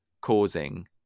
causing